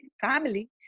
family